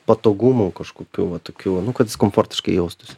patogumų kažkokių va tokių nu kad jis komfortiškai jaustųsi